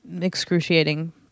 excruciating